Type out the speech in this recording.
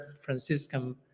Franciscan